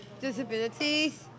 disabilities